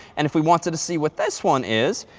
and if we want to to see what this one is,